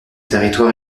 territoire